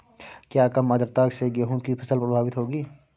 क्या कम आर्द्रता से गेहूँ की फसल प्रभावित होगी?